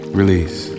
release